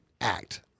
act